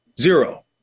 zero